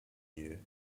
you